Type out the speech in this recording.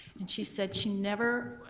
and she said she never,